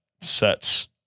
sets